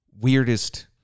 weirdest